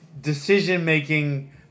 decision-making